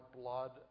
blood